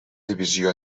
divisió